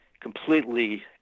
completely